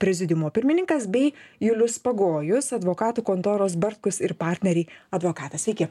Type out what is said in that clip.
prezidiumo pirmininkas bei julius pagojus advokatų kontoros bartkus ir partneriai advokatas sveiki